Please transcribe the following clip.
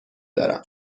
دارم